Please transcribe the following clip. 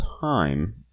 time